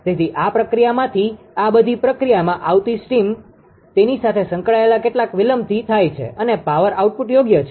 તેથી આ પ્રક્રિયામાંથી આ બધી પ્રક્રિયામાં આવતી સ્ટીમ્સ તેની સાથે સંકળાયેલા કેટલાક વિલંબથી થાય છે અને પાવર આઉટપુટ યોગ્ય છે